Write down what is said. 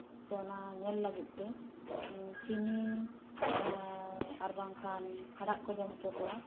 ᱥᱮ ᱚᱱᱟ ᱧᱮᱞ ᱞᱟᱹᱜᱤᱫ ᱛᱮ ᱪᱤᱱᱤ ᱟᱨ ᱵᱟᱝᱠᱷᱟᱱ ᱦᱟᱲᱦᱟᱫ ᱠᱚ ᱡᱚᱢ ᱦᱚᱪᱚ ᱠᱚᱣᱟ